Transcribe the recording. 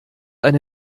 eine